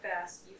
fast